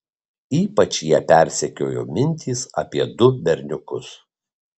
ypač ją persekiojo mintys apie du berniukus